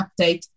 update